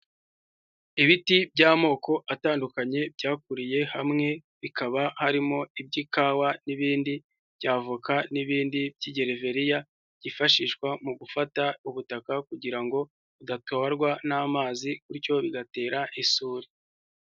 Ibiti by'amoko atandukanye byakuriye hamwe, bikaba harimo iby'ikawa n'ibindi by'avoka n'ibindi by'igereveriya, byifashishwa mu gufata ubutaka kugira ngo budatorwa n'amazi bityo bigatera isuri.